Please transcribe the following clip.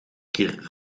kirr